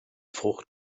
frucht